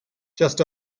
just